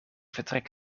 vertrek